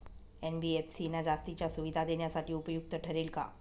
NBFC ना जास्तीच्या सुविधा देण्यासाठी उपयुक्त ठरेल का?